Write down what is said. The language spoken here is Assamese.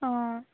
অঁ